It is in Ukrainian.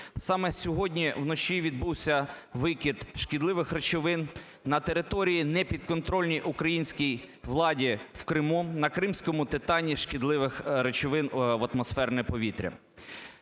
Саме сьогодні вночі відбувся викид шкідливих речовин на території, не підконтрольної українській владі, в Криму, на "Кримському титані" шкідливих речовин в атмосферне повітря.